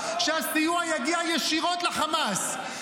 שהסיוע יגיע ישירות לחמאס.